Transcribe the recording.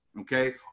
okay